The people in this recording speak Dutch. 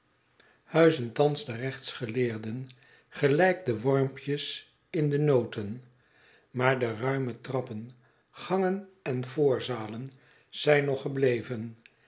huizen thans de rechtsgeleerden gelijk de wormpjes in de noten maar de ruime trappen gangen en voorzalen zijn nog gebleven